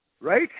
Right